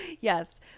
yes